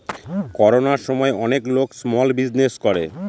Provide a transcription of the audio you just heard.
করোনার সময় অনেক লোক স্মল বিজনেস করে